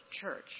church